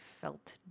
felt